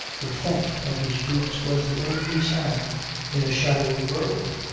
the thump of his boots was the only sound in a shadowy world.